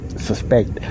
suspect